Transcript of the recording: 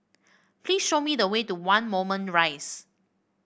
please show me the way to One Moulmein Rise